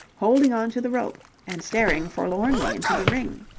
holding on to the rope and staring forlornly into the ring.